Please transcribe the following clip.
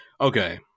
Okay